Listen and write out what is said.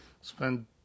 spend